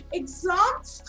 exams